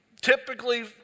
typically